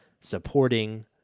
supporting